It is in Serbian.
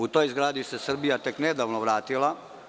U toj zgradi se Srbija tek nedavno vratila.